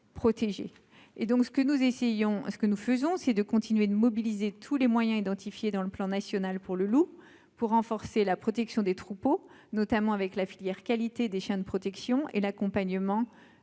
ce que nous faisons, c'est de continuer de mobiliser tous les moyens identifiés dans le plan national pour le loup pour renforcer la protection des troupeaux, notamment avec la filière qualité des chiens de protection et l'accompagnement